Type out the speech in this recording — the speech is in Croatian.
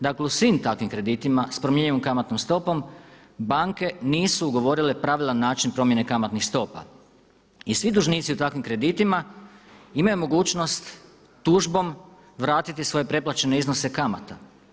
Dakle u svim takvim kreditima s promjenjivom kamatnom stopom banke nisu ugovorile pravilan način promjene kamatnih stopa i svi dužnici u takvim kreditima imaju mogućnost tužbom vratiti svoje preplaćene iznose kamata.